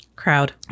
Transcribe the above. Crowd